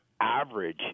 average